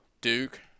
Duke